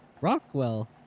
Rockwell